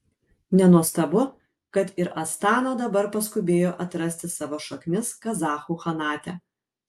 nenuostabu kad ir astana dabar paskubėjo atrasti savo šaknis kazachų chanate